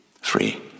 Free